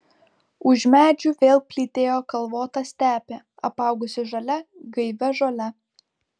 už medžių vėl plytėjo kalvota stepė apaugusi žalia gaivia žole